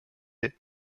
day